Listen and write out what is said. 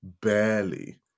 barely